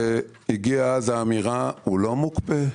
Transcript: ואז הגיעה האמירה: הוא לא מוקפא,